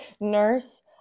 nurse